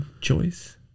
choice